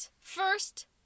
first